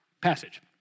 passage